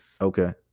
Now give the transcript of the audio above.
Okay